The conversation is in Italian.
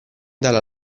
dalla